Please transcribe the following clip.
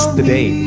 today